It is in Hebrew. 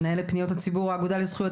מנהלת פניות הציבור באגודה לזכויות